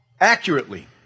Accurately